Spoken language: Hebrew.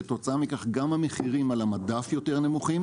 כתוצאה מכך גם המחירים על המדף יותר נמוכים